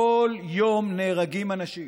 כל יום נהרגים אנשים,